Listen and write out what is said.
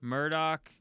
Murdoch